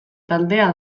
taldea